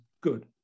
good